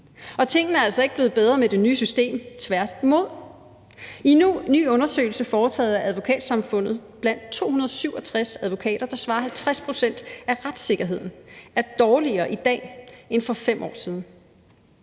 Og tingene er altså ikke blevet bedre med det nye system, tværtimod. I en ny undersøgelse foretaget af Advokatsamfundet svarer 50 pct. blandt 267 advokater, at retssikkerheden er dårligere i dag end for 5 år siden.